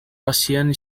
russian